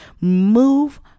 move